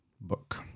book